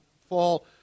fall